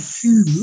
two